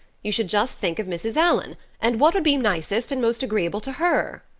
you should just think of mrs. allan and what would be nicest and most agreeable to her,